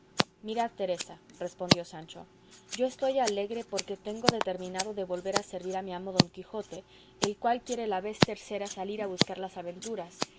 mirad teresa respondió sancho yo estoy alegre porque tengo determinado de volver a servir a mi amo don quijote el cual quiere la vez tercera salir a buscar las aventuras